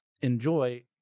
enjoy